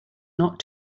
not